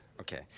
okay